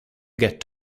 get